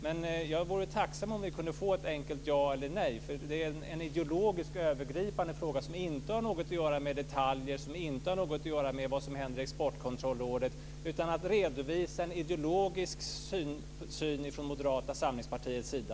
Men jag vore tacksam om vi kunde få ett enkelt ja eller nej, eftersom det är en ideologisk och övergripande fråga som inte har något att göra med detaljer eller vad som händer i Exportkontrollrådet. Det handlar om att redovisa en ideologisk syn från Moderata samlingspartiets sida.